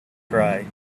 cry